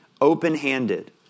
Open-handed